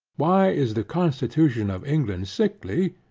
why is the constitution of england sickly,